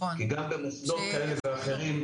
גם במוסדות כאלה ואחרים,